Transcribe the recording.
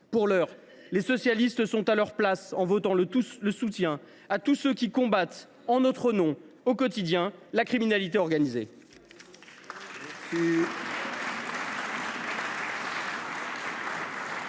Pour l’heure, les socialistes sont à leur place en votant le soutien à tous ceux qui combattent en notre nom, au quotidien, la criminalité organisée.